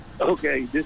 Okay